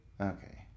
okay